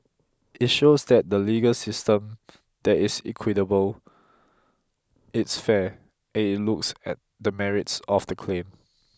it shows that the legal system there is equitable it's fair and it looks at the merits of the claim